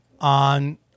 on